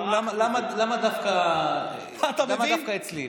למה דווקא אצלי?